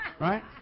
Right